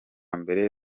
mbere